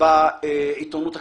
בעיתונות הכתובה.